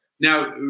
Now